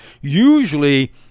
Usually